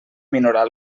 minorar